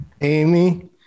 amy